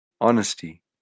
honesty